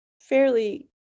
fairly